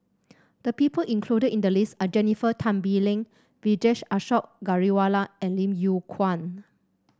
the people included in the list are Jennifer Tan Bee Leng Vijesh Ashok Ghariwala and Lim Yew Kuan